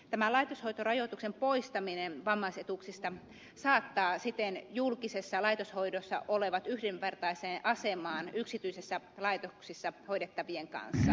tämä laitoshoitorajoituksen poistaminen vammaisetuuksista saattaa siten julkisessa laitoshoidossa olevat yhdenvertaiseen asemaan yksityisissä laitoksissa hoidettavien kanssa